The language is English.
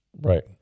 Right